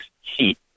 heat